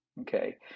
okay